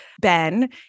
Ben